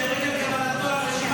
אני מבקש לא להפריע.